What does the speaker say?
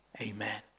Amen